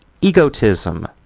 Egotism